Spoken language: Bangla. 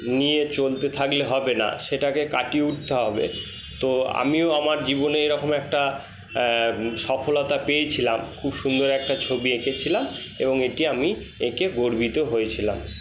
নিয়ে চলতে থাকলে হবে না সেটাকে কাটিয়ে উঠতে হবে তো আমিও আমার জীবনে এরকম একটা সফলতা পেয়েছিলাম খুব সুন্দর একটা ছবি এঁকেছিলাম এবং এটি আমি এঁকে গর্বিত হয়েছিলাম